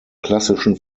klassischen